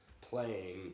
playing